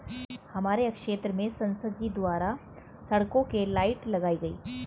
हमारे क्षेत्र में संसद जी द्वारा सड़कों के लाइट लगाई गई